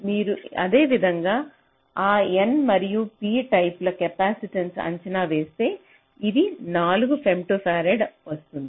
మీరు అదేవిధంగా ఆ n మరియు p టైప్ ల కెపాసిటెన్స్ను అంచనా వేస్తే ఇది 4 ఫెమ్టోఫరాడ్కు వస్తుంది